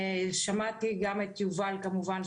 שמעתי גם את יובל כמובן,